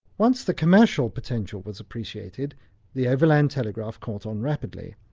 once the commercial potential was appreciated the overland telegraph caught on rapidly.